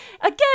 Again